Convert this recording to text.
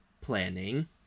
planning